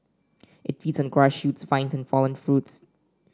it feeds on grass shoots vines and fallen fruits